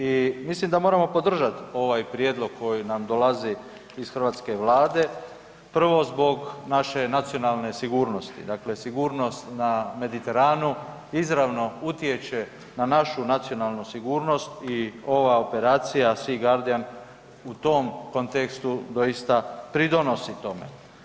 I mislim da moramo podržat ovaj prijedlog koji nam dolazi iz hrvatske vlade, prvo zbog naše nacionalne sigurnosti, dakle sigurnost na Mediteranu izravno utječe na našu nacionalnu sigurnost i ova operacija „SEA GUARDIAN“ u tom kontekstu doista pridonosi tome.